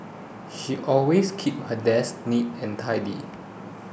she always keeps her desk neat and tidy